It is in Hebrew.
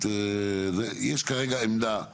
יש כרגע עמדה שהוצגה,